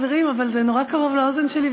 אבל זה נורא קרוב לאוזן שלי,